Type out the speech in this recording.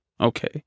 Okay